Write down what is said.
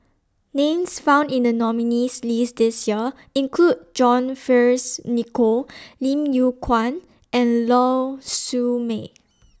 Names found in The nominees' list This Year include John Fearns Nicoll Lim Yew Kuan and Lau Siew Mei